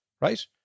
right